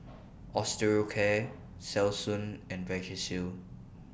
Osteocare Selsun and Vagisil